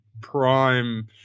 prime